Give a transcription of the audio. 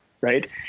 right